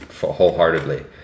wholeheartedly